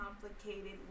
complicated